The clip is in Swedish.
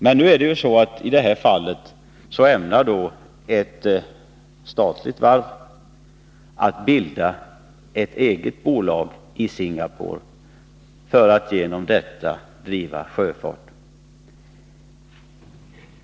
I detta fall ämnar emellertid ett statligt varv bilda ett eget bolag i Singapore för att genom detta driva sjöfart.